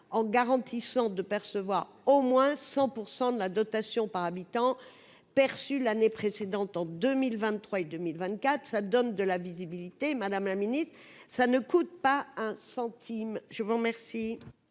en garantissant de percevoir au moins 100 % de la dotation par habitant perçus l'année précédente, en 2023 2024, ça donne de la visibilité, Madame la Ministre, ça ne coûte pas un centime, je vous remercie.